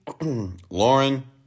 Lauren